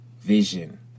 vision